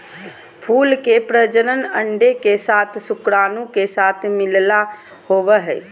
फूल के प्रजनन अंडे के साथ शुक्राणु के साथ मिलला होबो हइ